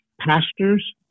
pastors